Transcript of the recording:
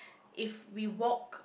if we walk